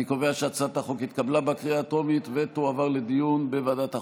אני קובע שהצעת החוק התקבלה בקריאה הטרומית ותועבר לדיון בוועדת החוקה,